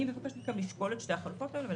אני מבקשת מכם לשקול את שתי החלופות האלה.